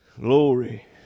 Glory